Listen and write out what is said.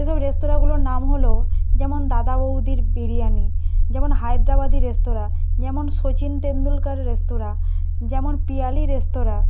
সে সব রেস্তোরাঁগুলোর নাম হলো যেমন দাদা বৌদির বিরিয়ানি যেমন হায়দ্রাবাদি রেস্তোরাঁ যেমন শচীন তেন্ডুলকার রেস্তোরাঁ যেমন পিয়ালী রেস্তোরাঁ